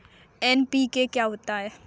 NPK क्या होता है?